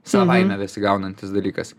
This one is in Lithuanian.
savaime besigaunantis dalykas